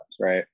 right